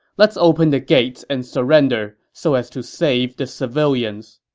let's open the gates and surrender, so as to save the civilians.